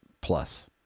plus